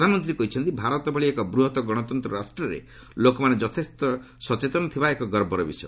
ପ୍ରଧାନମନ୍ତ୍ରୀ କହିଛନ୍ତି ଭାରତ ଭଳି ଏକ ବୃହତ୍ ଗଣତନ୍ତ୍ର ରାଷ୍ଟ୍ରରେ ଲୋକମାନେ ଯଥେଷ୍ଟ ସଚେତନ ଥିବା ଏକ ଗର୍ବର ବିଷୟ